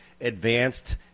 advanced